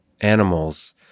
animals